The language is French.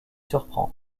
surprendre